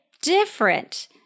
different